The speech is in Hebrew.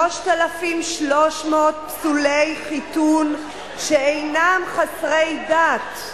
3,300 פסולי חיתון שאינם חסרי דת,